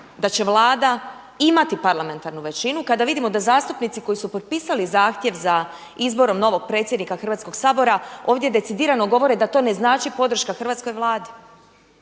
da će Vlada imati parlamentarnu većinu kada vidimo da zastupnici koji su potpisali zahtjev za izborom novog predsjednika Hrvatskoga sabora ovdje decidirano govore da to ne znači podrška hrvatskoj Vladi.